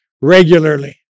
regularly